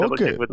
Okay